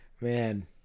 Man